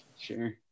Sure